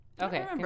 Okay